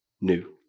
new